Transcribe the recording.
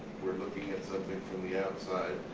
we're looking at something from the outside